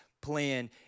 plan